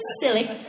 silly